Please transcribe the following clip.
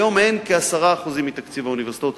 היום הן כ-10% מתקציב האוניברסיטאות.